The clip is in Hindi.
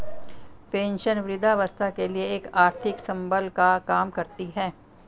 पेंशन वृद्धावस्था के लिए एक आर्थिक संबल का काम करती है